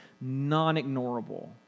non-ignorable